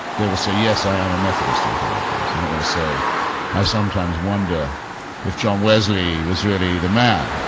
they will say yes, i am a methodist or whatever it is, they're not going say i sometimes wonder if john wesley was really the man.